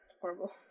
horrible